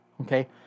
Okay